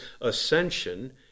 ascension